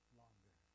longer